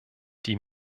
die